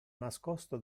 nascosto